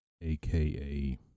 aka